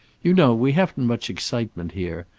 you know, we haven't much excitement here,